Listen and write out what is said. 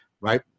right